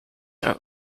are